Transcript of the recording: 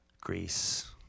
Greece